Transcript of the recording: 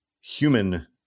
human